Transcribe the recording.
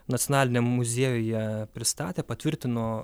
nacionaliniam muziejuje pristatė patvirtino